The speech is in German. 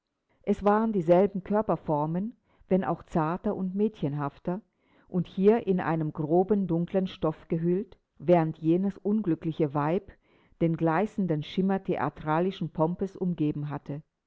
es waren dieselben körperformen wenn auch zarter und mädchenhafter und hier in einen groben dunklen stoff gehüllt während jenes unglückliche weib der gleißende schimmer theatralischen pompes umgeben hatte